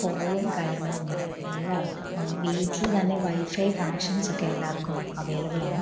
കുറവും കാര്യങ്ങളും ഒന്നുമില്ല എല്ലാവർക്കും വീട്ടിൽ തന്നെ വൈ ഫൈ കണക്ഷൻസൊക്കെ എല്ലാവർക്കും അവൈലബിളാണ്